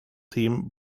team